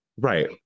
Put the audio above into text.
Right